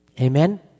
Amen